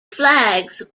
flags